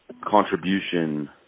contribution